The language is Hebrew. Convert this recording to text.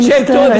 אני מצטערת.